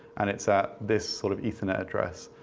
and it's at this, sort of ethernet address,